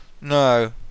No